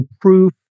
proof